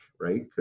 right